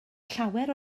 llawer